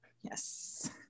Yes